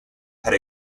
had